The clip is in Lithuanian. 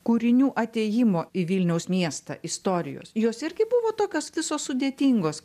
kūrinių atėjimo į vilniaus miestą istorijos jos irgi buvo tokios visos sudėtingos